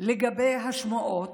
לגבי השמועות.